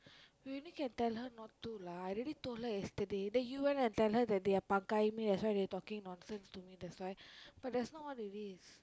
we only can tell her not to lah I already told her yesterday then you went to tell her that they are pakai-ing me that's why they talking nonsense to me that's why but that's not what it is